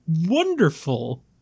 wonderful